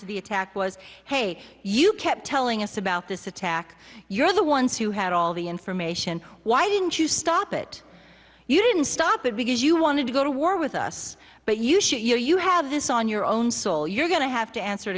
to the attack was hey you kept telling us about this attack you're the ones who had all the information why didn't you stop it you didn't stop it because you wanted to go to war with us but you should you know you have this on your own soul you're going to have to answer